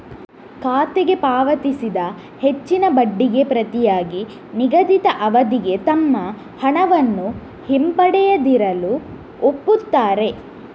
ಖಾತೆಗೆ ಪಾವತಿಸಿದ ಹೆಚ್ಚಿನ ಬಡ್ಡಿಗೆ ಪ್ರತಿಯಾಗಿ ನಿಗದಿತ ಅವಧಿಗೆ ತಮ್ಮ ಹಣವನ್ನು ಹಿಂಪಡೆಯದಿರಲು ಒಪ್ಪುತ್ತಾರೆ